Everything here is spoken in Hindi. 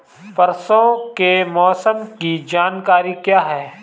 परसों के मौसम की जानकारी क्या है?